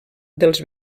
dels